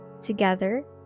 Together